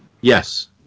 Yes